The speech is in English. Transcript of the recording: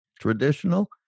traditional